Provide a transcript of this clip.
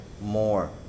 more